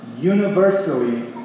universally